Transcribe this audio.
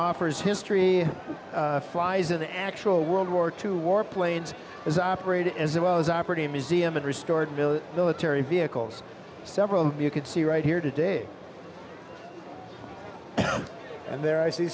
offers history flies of the actual world war two warplanes is operated as it was operating a museum and restored military vehicles several you could see right here today and there i see